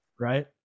Right